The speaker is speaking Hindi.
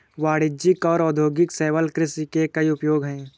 वाणिज्यिक और औद्योगिक शैवाल कृषि के कई उपयोग हैं